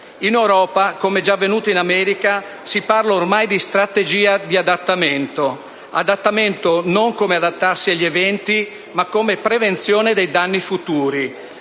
In Europa, come è già avvenuto in America, si parla ormai di strategia di adattamento, intesa non come adattarsi agli eventi, ma come prevenzione dei danni futuri.